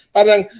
Parang